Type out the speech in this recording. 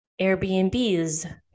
Airbnbs